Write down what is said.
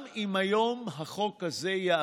גם אם החוק הזה יעבור